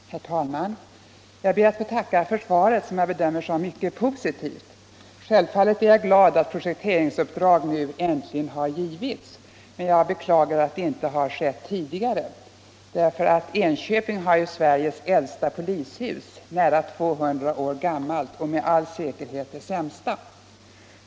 Herr talman! Jag ber att få tacka för svaret, som jag bedömer som mycket positivt. Självfallet är jag glad över att projekteringsuppdrag nu äntligen har givits, men jag beklagar att det inte har skett tidigare. Nr 54 Enköping har Sveriges äldsta polishus — nära 200 år gammalt — och Torsdagen den med all säkerhet det sämsta.